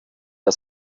der